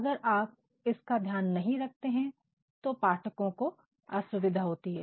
अगर आप इसका ध्यान नहीं रखते हैं तो पाठकों को असुविधा होती है